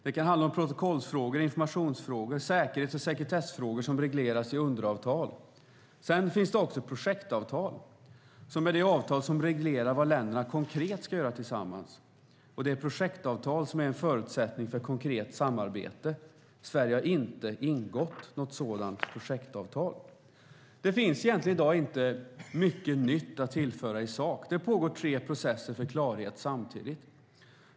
Det kan handla om protokollsfrågor, informationsfrågor, säkerhets och sekretessfrågor som regleras i underavtal. Sedan finns det också projektavtal som är de avtal som reglerar vad länderna konkret ska göra tillsammans. Det är projektavtal som är en förutsättning för konkret samarbete. Sverige har inte ingått något sådant projektavtal. Det finns i dag egentligen inte mycket nytt att tillföra i sak. Det pågår tre processer för klarhet samtidigt.